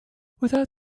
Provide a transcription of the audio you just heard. without